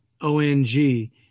O-N-G